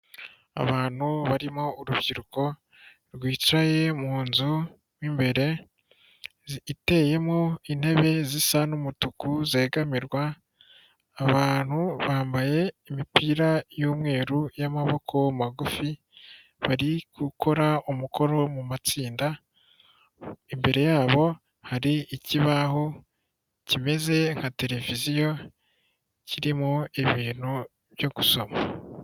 Abantu barimo urubyiruko rwicaye mu nzu mu imbere iteyemo intebe zisa n'umutuku zegamirwa, abantu bambaye imipira y'umweru y'amaboko magufi bari gukora umukoro wo mu matsinda, imbere yabo hari ikibaho kimeze nka televiziyo kirimo ibintu byo gusoma.